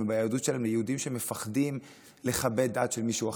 וביהדות שלהם ליהודים שמפחדים לכבד דת של מישהו אחר,